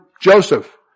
Joseph